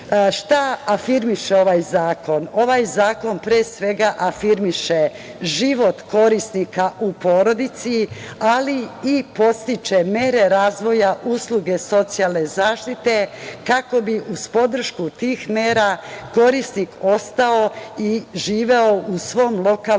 afirmiše ovaj zakon? Ovaj zakon, pre svega, afirmiše život korisnika u porodici, ali i podstiče mere razvoja usluge socijalne zaštite kako bi uz podršku tih mera korisnik ostao i živeo u svojoj lokalnoj